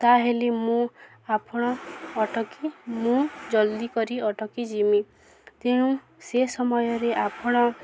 ତାହେଲେ ମୁଁ ଆପଣ ଅଟକି ମୁଁ ଜଲ୍ଦି କରି ଅଟକି ଯିମି ତେଣୁ ସେ ସମୟରେ ଆପଣ